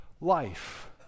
life